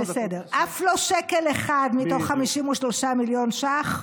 אף לא שקל אחד מתוך 53 מיליארד שקלים